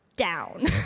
down